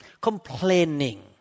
complaining